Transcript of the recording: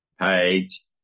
Page